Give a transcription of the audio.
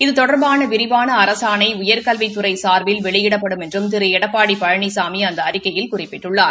இது தொடர்பான விரிவான அரசாணை உயர்கல்வித்துறை சார்பில் வெளியிடப்படும் என்றும் திரு எடப்பாடி பழனிசாமி அந்த அறிக்கையில் குறிப்பிட்டுள்ளார்